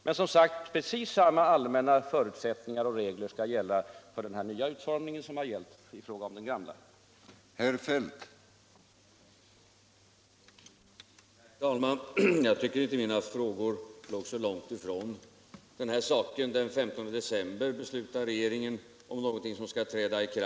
Men, som jag sade tidigare, precis samma allmänna förutsättningar och regler som gällde för den gamla utformningen av lagerstödet skall gälla för denna nya utformning.